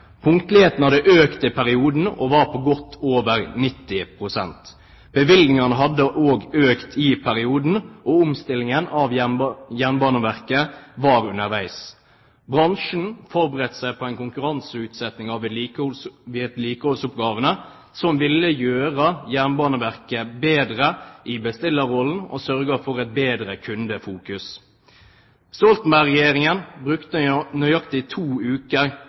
Punktligheten hadde økt i perioden og var på godt over 90 pst. Bevilgningene hadde også økt i perioden, og omstillingen av Jernbaneverket var underveis. Bransjen forberedte seg på en konkurranseutsetting av vedlikeholdsoppgavene, som ville gjøre Jernbaneverket bedre i bestillerrollen og sørge for et bedre kundefokus. Stoltenberg-regjeringen brukte nøyaktig to uker